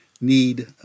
need